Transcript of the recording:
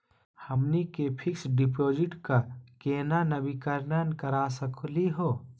हमनी के fix deposit क केना नवीनीकरण करा सकली हो?